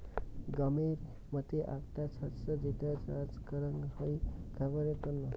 গমের মতি আকটা শস্য যেটো চাস করাঙ হই খাবারের তন্ন